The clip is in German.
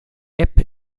app